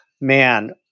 man